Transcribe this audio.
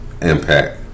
impact